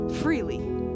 freely